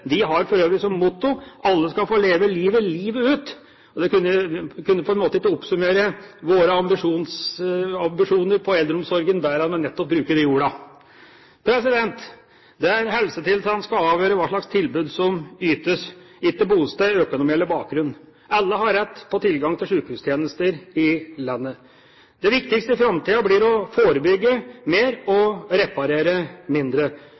De har for øvrig som motto: «Alle skal få leve livet livet ut.» Vi kunne på en måte ikke oppsummere våre ambisjoner for eldreomsorgen bedre enn å bruke nettopp de ordene. Det er helsetilstanden som skal avgjøre hvilket tilbud som ytes, ikke bosted, økonomi eller bakgrunn. Alle har rett til tilgang til sykehustjenester i landet. Det viktigste i framtiden blir å forebygge mer og reparere mindre.